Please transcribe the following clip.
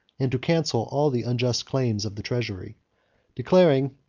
and to cancel all the unjust claims of the treasury declaring,